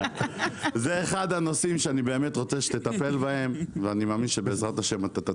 זה אחד הנושאים שאני רוצה שתטפל בהם ואני מאמין שבעזרת השם תצליח.